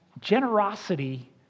generosity